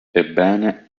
ebbene